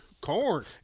Corn